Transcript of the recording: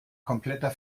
kompletter